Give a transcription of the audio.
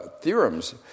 theorems